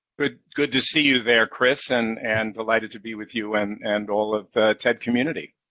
good good to see you there, chris, and and delighted to be with you and and all of the ted community.